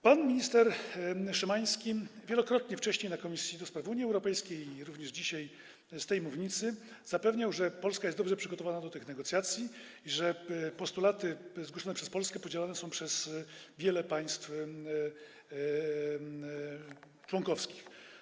Pan minister Szymański wielokrotnie wcześniej na posiedzeniach Komisji do Spraw Unii Europejskiej i również dzisiaj z tej mównicy zapewniał, że Polska jest dobrze przygotowana do tych negocjacji i że postulaty zgłoszone przez Polskę podzielane są przez wiele państw członkowskich.